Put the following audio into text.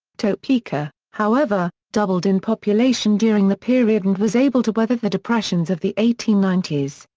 topeka, however, doubled in population during the period and was able to weather the depressions of the eighteen ninety s.